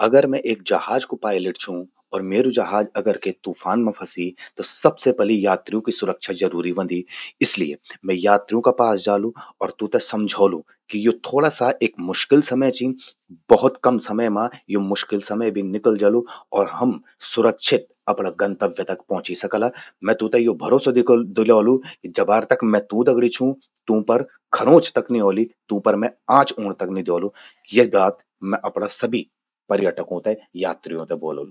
अगर मैं एक जहाज कु पायलट छूं और म्येरु जहाज अगर क्वे तूफान मां फंसी, त सबसे पलि यात्र्यूं कि सुरक्षा जरूरी व्हंदि। इसलिए मैं यात्रियूं का पास जालु और तूंते समझौलु कि थोड़ा सा यो एक मुश्किल समय चि। भौत कम समय मां यो मुश्किल समय भी निकल जलु, और हम सुरक्षित अपरा गंतव्य तक पौंछी सकला। मैं तूंते यो भरोसा दिलौलू, कि जबार तक मैं तूं दग ड़ि छूं, तूं पर खंरोच तक नि औलि। तूं पर मैं आंच ऊंण तक नि द्योलु, या बात मैं अपणा सभ्भि पर्यटकों ते यात्रियो ते ब्वोलकलु।